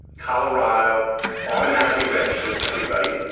colorado automatically registers everybody.